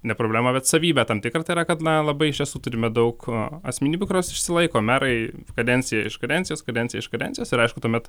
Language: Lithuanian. ne problemą bet savybę tam tikrą tai yra kad na labai iš tiesų turime daug asmenybių kurios išsilaiko merai kadencija iš kadencijos kadencija iš kadencijos ir aišku tuomet